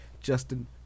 Justin